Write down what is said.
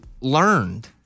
learned